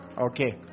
Okay